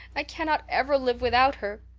i cannot ever live without her.